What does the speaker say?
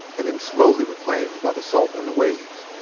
and then slowly reclaimed by the salt and the waves.